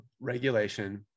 regulation